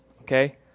okay